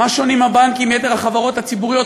מה שונים הבנקים מיתר החברות הציבוריות